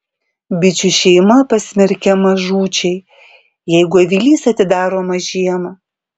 bičių šeima pasmerkiama žūčiai jeigu avilys atidaromas žiemą